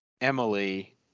Emily